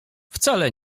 wcale